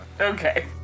Okay